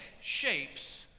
shapes